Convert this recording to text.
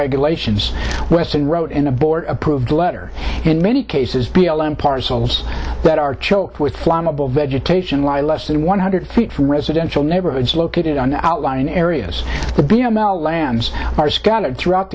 regulations weston wrote in a board approved letter in many cases b l m parcels that are choked with flammable vegetation lie less than one hundred feet from residential neighborhoods located on outlying areas the d m l lands are scattered throughout